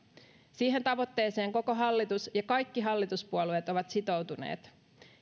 siihen tavoitteeseen koko hallitus ja kaikki hallituspuolueet ovat sitoutuneet